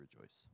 rejoice